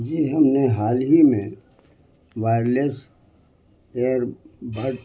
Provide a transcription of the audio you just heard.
جی ہم نے حال ہی میں وائرلس ایئر بڈ